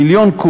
מיליון קוב.